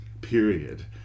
period